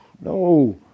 No